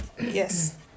Yes